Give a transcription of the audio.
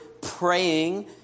praying